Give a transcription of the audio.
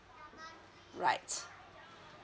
right